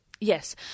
Yes